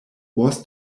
was